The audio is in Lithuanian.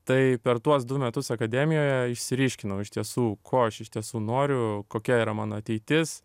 tai per tuos du metus akademijoje išsiryškinau iš tiesų ko aš iš tiesų noriu kokia yra mano ateitis